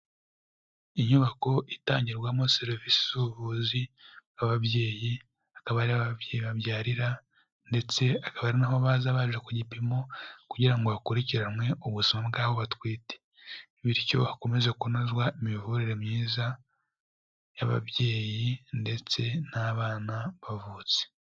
Inyubako itangirwamo serivisi z'ubuvuzi bw'ababyeyi, akaba ariho ababyeyi babyarira ndetse akaba ari na ho baza baje ku gipimo kugira ngo hakurikiranwe ubuzima bw'abo batwite bityo hakomeze kunozwa imiyoborere myiza y'ababyeyi ndetse n'abana bavutse.